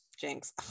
jinx